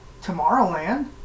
Tomorrowland